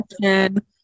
question